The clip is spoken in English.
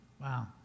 wow